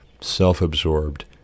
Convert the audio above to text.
self-absorbed